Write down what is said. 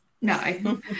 No